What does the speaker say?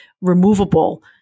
removable